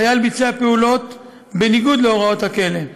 החייל ביצע פעולות בניגוד להוראות הכלא.